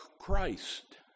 Christ